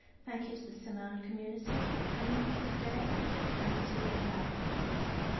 thank you to the samoan community for coming here today and to the library of congress,